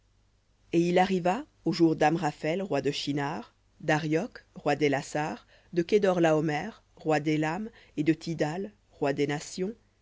et il arriva aux jours d'amraphel roi de shinhar d'arioc roi d'ellasar de kedor laomer roi d'élam et de tidhal roi des nations